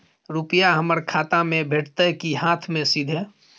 रुपिया हमर खाता में भेटतै कि हाँथ मे सीधे?